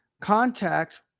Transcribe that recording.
contact